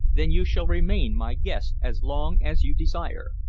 then you shall remain my guest as long as you desire.